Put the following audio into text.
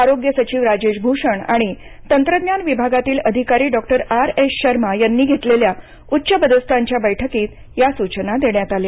आरोग्य सचिव राजेश भूषण आणि तंत्रज्ञान विभागातील अधिकारी डॉक्टर आर एस शर्मा यांनी घेतलेल्या उच्चपदस्थांच्या बैठकीत या सूचना देण्यात आल्या